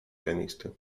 pianisty